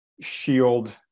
shield